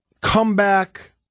comeback